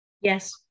Yes